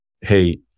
hey